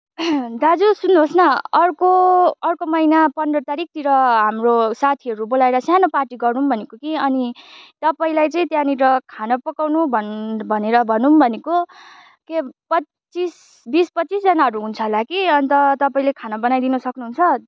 दाजु सुन्नुहोस् न अर्को अर्को महिना पन्ध्र तारिखतिर हाम्रो साथीहरू बोलाएर सानो पार्टी गरौँ भनेको कि अनि तपाईँलाई चाहिँ त्यहाँनिर खाना पकाउनु भन भनेर भनौँ भनेको के पच्चिस बिस पच्चिसजनाहरू हुन्छ होला कि अन्त तपाईँले खाना बनाइदिनु सक्नुहुन्छ